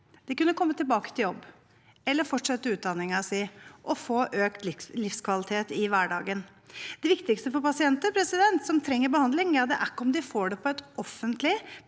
De kunne kommet tilbake til jobb eller fortsatt utdanningen sin og fått økt livskvalitet i hverdagen. Det viktigste for pasienter som trenger behandling, er ikke om de får det på et offentlig,